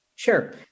Sure